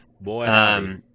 boy